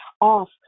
off